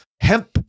hemp